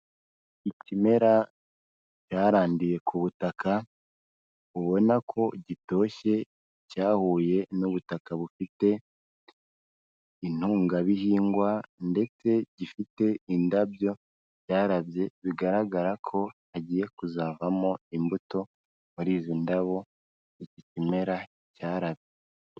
Ikimera cyaranduwe ku butaka ubona ko gitoshye cyahuye n'ubutaka bufite intungabihingwa, ndetse gifite indabyo zarabye bigaragara ko hagiye kuzavamo imbuto muri izo ndabo iki kimera cyarabije.